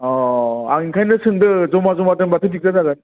अह आं ओंखायनो सोंदों जमा जमा दोनबाथाय दिगदार जागोन